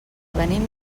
venim